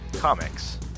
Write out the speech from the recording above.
Comics